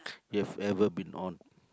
you have ever been on